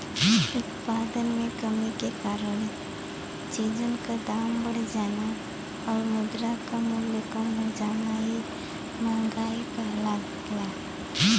उत्पादन में कमी के कारण चीजन क दाम बढ़ जाना आउर मुद्रा क मूल्य कम हो जाना ही मंहगाई कहलाला